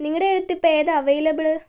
നിങ്ങളുടെ അടുത്തിപ്പോൾ ഏതാണ് അവൈലബിള്